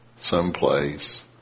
someplace